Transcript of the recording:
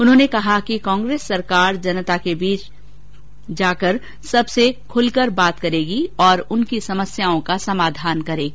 उन्होंने कहा कि कांग्रेस सरकार जनता के बीच जाकर सबसे खुलकर बात करेगी और उनकी समस्याओं का समाधान करेगी